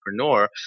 entrepreneur